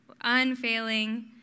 unfailing